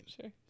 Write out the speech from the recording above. Sure